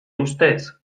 ustez